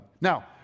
Now